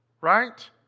Right